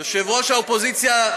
יושב-ראש האופוזיציה,